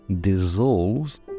dissolves